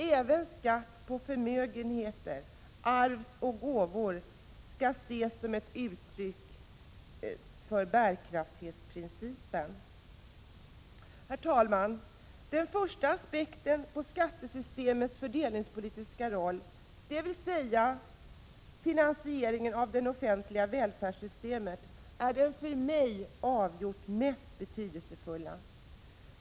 Även skatt på förmögenheter, arv och gåvor skall ses som ett uttryck för bärkraftsprincipen. Den första aspekten på skattesystemets fördelningspolitiska roll, dvs. finansieringen av det offentliga välfärdssystemet, är för mig den avgjort mest betydelsefulla.